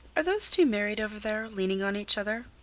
are those two married over there leaning on each other?